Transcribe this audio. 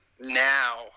Now